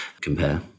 compare